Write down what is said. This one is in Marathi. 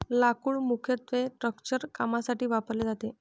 लाकूड मुख्यत्वे स्ट्रक्चरल कामांसाठी वापरले जाते